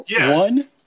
One